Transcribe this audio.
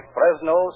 Fresno